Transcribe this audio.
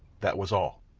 that was all.